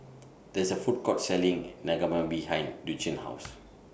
There IS A Food Court Selling Naengmyeon behind Lucian's House